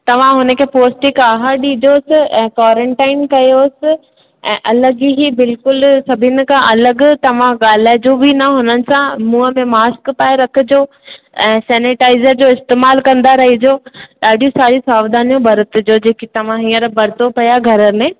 तव्हां हुनखे पौष्टिक आहार ॾिजोसि ऐं कॉरंटाइन कयोसि ऐं अलॻि ई बिल्कुलु सभिनी खां अलॻि तव्हां ॻाल्हाए जो बि न हुन सां मुंहं में मास्क पाए रखिजो ऐं सेनिटाइज़र जो इस्तेमालु कंदा रहिजो ॾाढियूं सारियूं सावधानियूं बरतिजो जेके तव्हां हींअर बरतो पिया घर में